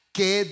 Que